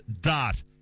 dot